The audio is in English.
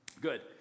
Good